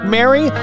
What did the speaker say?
Mary